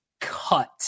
cut